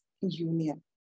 union